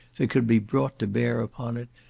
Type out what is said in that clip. that could be brought to bear upon it,